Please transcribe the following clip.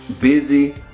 busy